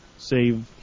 Save